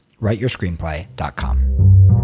writeyourscreenplay.com